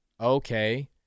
Okay